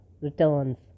returns